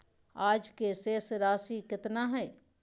आज के शेष राशि केतना हइ?